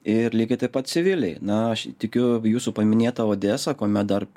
ir lygiai taip pat civiliai na aš tikiu jūsų paminėtą odesą kuomet dar